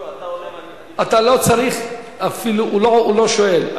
אתה לא צריך אפילו, הוא לא שואל.